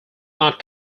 not